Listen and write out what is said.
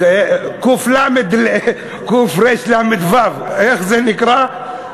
קו"ף, רי"ש, למ"ד, וי"ו, איך זה נקרא?